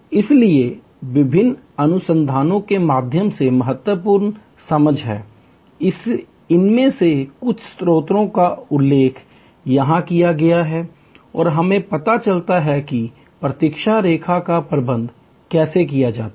इसलिए विभिन्न अनुसंधानों के माध्यम से ये महत्वपूर्ण समझ हैं इनमें से कुछ स्रोतों का उल्लेख यहां किया गया है और हमें पता चलता है कि प्रतीक्षा रेखा का प्रबंधन कैसे किया जाता है